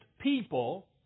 people